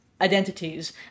identities